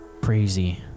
Crazy